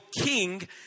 king